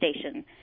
station